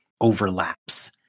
overlaps